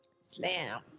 Slam